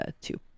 two